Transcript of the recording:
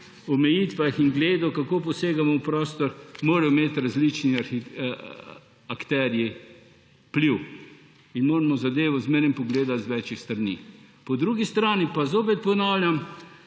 omejitvah in pogledu, kako posegamo v prostor, morajo imeti različni akterji vpliv. Moramo zadevo zmeraj pogledati z več strani. Po drugi strani pa, zopet ponavljam,